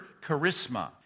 charisma